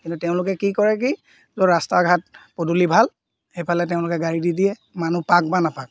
কিন্তু তেওঁলোকে কি কৰে কি য'ত ৰাস্তা ঘাট পদূলি ভাল সেইফালে তেওঁলোকে গাড়ী দি দিয়ে মানুহ পাওক বা নাপাওক